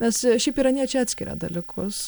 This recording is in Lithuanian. nes šiaip iraniečiai atskiria dalykus